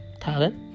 talent